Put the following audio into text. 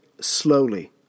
slowly